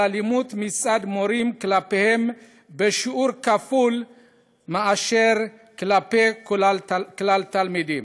אלימות מצד מורים כלפיהם בשיעור כפול מאשר כלפי כלל התלמידים.